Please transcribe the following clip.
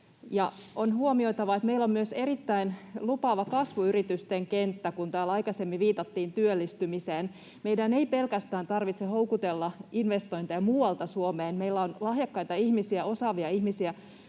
On huomioitava, että meillä on myös erittäin lupaava kasvuyritysten kenttä — täällä aikaisemmin viitattiin työllistymiseen. Meidän ei pelkästään tarvitse houkutella investointeja muualta Suomeen, vaan meillä on lahjakkaita ihmisiä, osaavia ihmisiä,